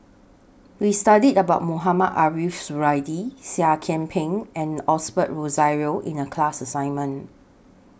We studied about Mohamed Ariff Suradi Seah Kian Peng and Osbert Rozario in The class assignment